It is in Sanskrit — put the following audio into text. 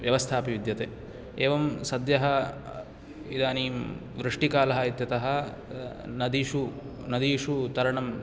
व्यवस्था अपि विद्यते एवं सद्यः इदानीं वृष्टिकालः इत्यतः नदीषु नदीषु तरणं